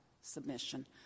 submission